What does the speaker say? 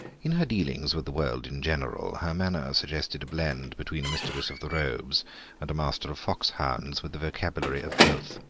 in her dealings with the world in general her manner suggested a blend between a mistress of the robes and a master of foxhounds, with the vocabulary of both.